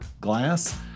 glass